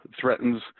threatens